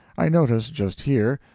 i noticed, just here,